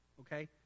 Okay